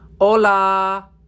hola